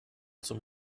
zum